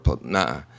nah